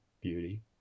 beauty